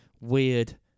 weird